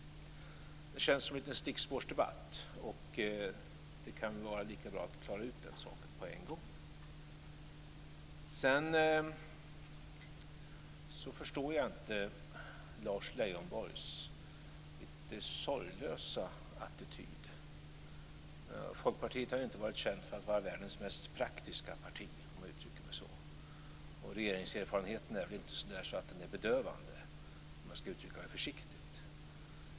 Det känns lite grann som en stickspårsdebatt, och det kan vara lika bra att klara ut den saken på en gång. Jag förstår inte Lars Leijonborgs lite sorglösa attityd. Folkpartiet har ju inte varit känt för att vara världens mest praktiska parti, om jag uttrycker mig så. Och regeringserfarenheten är väl inte bedövande, om jag ska uttrycka mig försiktigt.